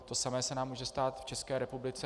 To samé se nám může stát v České republice.